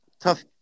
tough